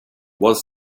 was